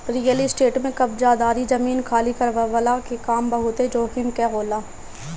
real estate में कब्ज़ादारी, जमीन खाली करववला के काम बहुते जोखिम कअ होला